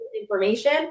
information